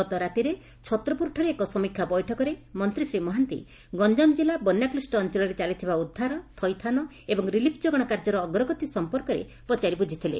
ଗତରାତିରେ ଛତ୍ରପୁରଠାରେ ଏକ ସମୀକ୍ଷା ବୈଠକରେ ମନ୍ତୀ ଶ୍ରୀ ମହାନ୍ତି ଗଞ୍ଞାମ କିଲ୍ଲା ବନ୍ୟା କୁଷ୍ଟ ଅଞ୍ଞଳରେ ଚାଲିଥିବା ଉଦ୍ଧାର ଥଇଥାନ ଏବଂ ରିଲିଫ୍ ଯୋଗାଣ କାର୍ଯ୍ୟର ଅଗ୍ରଗତି ସଂପର୍କରେ ପଚାରି ବୃଝିଥିଲେ